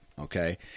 okay